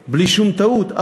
כזה בלי שום טעות,